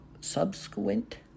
subsequent